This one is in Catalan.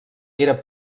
era